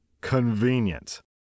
Convenient